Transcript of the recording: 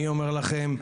אני אומר לכם,